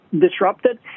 disrupted